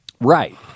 Right